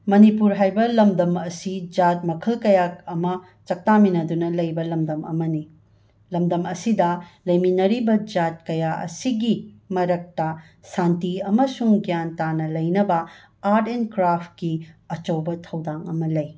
ꯃꯅꯤꯄꯨꯔ ꯍꯥꯏꯕ ꯂꯝꯗꯝ ꯑꯁꯤ ꯖꯥꯠ ꯃꯈꯜ ꯀꯌꯥ ꯑꯃ ꯆꯥꯛꯇꯥꯃꯤꯟꯅꯗꯨꯅ ꯂꯩꯕ ꯂꯝꯗꯝ ꯑꯃꯅꯤ ꯂꯝꯗꯝ ꯑꯁꯤꯗ ꯂꯩꯃꯤꯟꯅꯔꯤꯕ ꯖꯥꯠ ꯀꯌꯥ ꯑꯁꯤꯒꯤ ꯃꯔꯛꯇ ꯁꯥꯟꯇꯤ ꯑꯃꯁꯨꯡ ꯒ꯭ꯌꯥꯟ ꯇꯥꯅ ꯂꯩꯅꯕ ꯑꯥꯔꯠ ꯑꯦꯟ ꯀ꯭ꯔꯥꯐꯀꯤ ꯑꯆꯧꯕ ꯊꯧꯗꯥꯡ ꯑꯃ ꯂꯩ